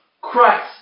Christ